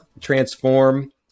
Transform